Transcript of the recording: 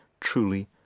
truly